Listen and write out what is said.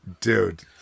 dude